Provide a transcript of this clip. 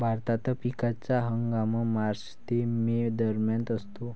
भारतात पिकाचा हंगाम मार्च ते मे दरम्यान असतो